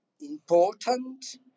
important